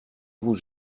vous